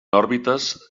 òrbites